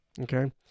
Okay